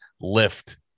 lift